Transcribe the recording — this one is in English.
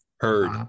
Heard